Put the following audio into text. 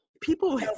people